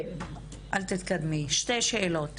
שתי שאלות,